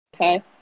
Okay